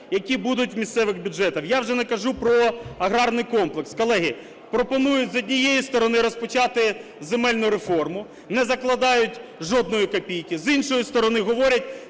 які будуть в місцевих бюджетах. Я вже не кажу про аграрний комплекс. Колеги, пропонують, з однієї сторони, розпочати земельну реформу, не закладають жодної копійки, з іншої сторони, говорять,